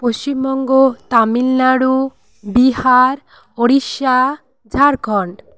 Paschimbanga Tamil Nadu Bihar Odisha Jharkhand